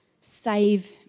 save